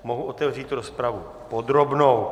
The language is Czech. Mohu otevřít rozpravu podrobnou.